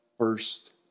first